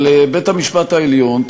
אבל בית-המשפט העליון,